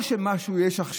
זה לא משהו שיש עכשיו,